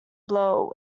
blow